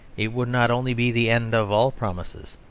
it would not only be the end of all promises,